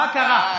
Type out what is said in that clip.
מה קרה?